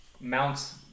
mounts